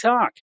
Talk